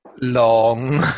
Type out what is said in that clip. long